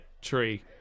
tree